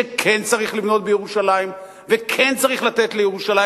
שכן צריך לבנות בירושלים וכן צריך לתת לירושלים